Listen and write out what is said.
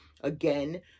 Again